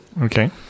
Okay